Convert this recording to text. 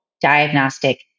diagnostic